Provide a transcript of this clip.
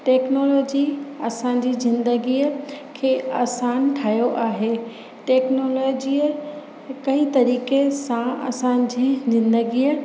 technology असांजी ज़िन्दगीअ खे आसान ठाहियो आहे टेक्नोलॉजीअ कई तरीक़े सां असांजी ज़िन्दगीअ